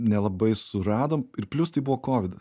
nelabai suradom ir plius tai buvo kovidas